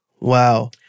Wow